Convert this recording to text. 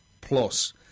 plus